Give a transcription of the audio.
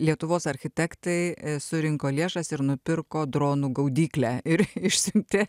lietuvos architektai surinko lėšas ir nupirko dronų gaudyklę ir išsiuntė